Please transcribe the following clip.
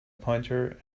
pointer